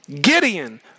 Gideon